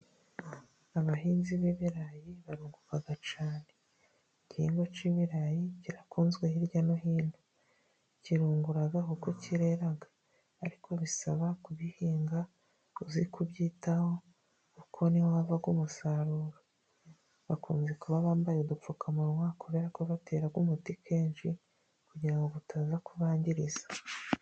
Abahinzi b'ibirayi barunguka cyane. Igihingwa cy'ibirayi kirakunzwe hirya no hino. Kirungura kuko kirera ariko bisaba kubihinga uzi kubyitaho, kuko ni ho hava umusaruro. Bakunze kuba bambaye udupfukamunwa kubera ko batera umuti kenshi kugira ngo utaza kubangiriza.